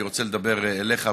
אני רוצה לדבר אליך.